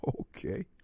okay